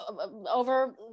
over